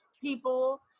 people